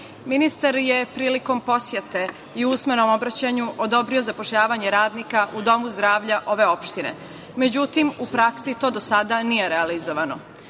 Ministar je prilikom posete i u usmenom obraćanju odobrio zapošljavanje radnika u domu zdravlja ove opštine, međutim u praksi to do sada nije realizovano. Opština